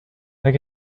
like